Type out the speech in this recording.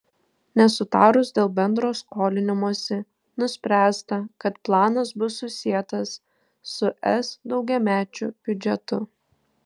nesutarus dėl bendro skolinimosi nuspręsta kad planas bus susietas su es daugiamečiu biudžetu